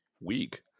week